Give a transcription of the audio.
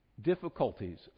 difficulties